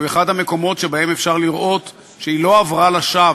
הוא אחד המקומות שבהם אפשר לראות שהיא לא הייתה לשווא,